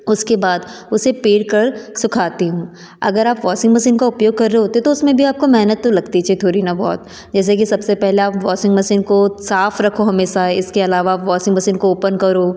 उसके बाद उसे पेर कर सुखाती हूँ अगर आप वॉसिंग मसीन का उपयोग कर रहे होते तो उसमें भी आपको मेहनत तो लगती चाहे थोड़ी ना बहुत जैसे कि सबसे पहले आप वॉसिंग मसीन को साफ़ रखो हमेशा इसके अलावा वॉसिंग मसीन को ऑपन करो